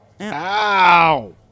Ow